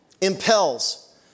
impels